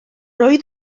oedd